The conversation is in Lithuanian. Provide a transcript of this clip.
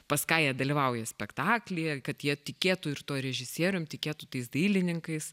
pas ką jie dalyvauja spektaklyje kad jie tikėtų ir tuo režisierium tikėtų tais dailininkais